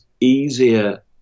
easier